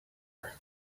her